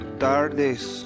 tardes